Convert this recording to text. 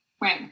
Right